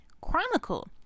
chronicle